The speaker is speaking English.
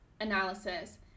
analysis